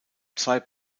zwei